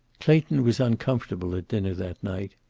clayton was uncomfortable at dinner that night.